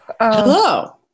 Hello